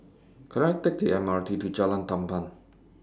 Can I Take The M R T to Jalan Tamban